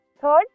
Third